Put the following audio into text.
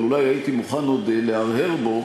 אבל אולי הייתי מוכן עוד להרהר בו